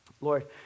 Lord